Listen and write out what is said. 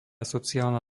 sociálna